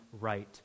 right